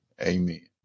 Amen